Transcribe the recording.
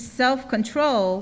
self-control